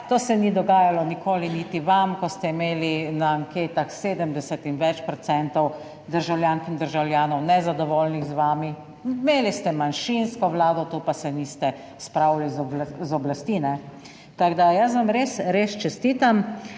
to se ni dogajalo nikoli, niti vam, ko ste imeli na anketah 70 in več procentov državljank in državljanov nezadovoljnih z vami, imeli ste manjšinsko Vlado, to pa se niste spravili z oblasti. Tako da, jaz vam res, res čestitam,